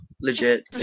legit